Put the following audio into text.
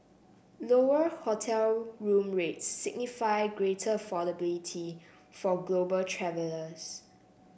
lower hotel room rates signify greater affordability for global travellers